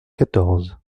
quatorze